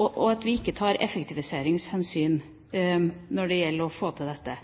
og at vi ikke tar effektiviseringshensyn når det gjelder å få til dette.